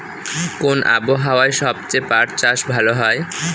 কোন আবহাওয়ায় সবচেয়ে পাট চাষ ভালো হয়?